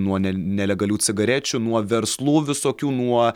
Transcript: nuo ne nelegalių cigarečių nuo verslų visokių nuo